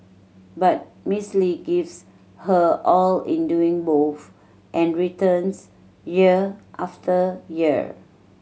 but Miss Lee gives her all in doing both and returns year after year